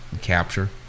capture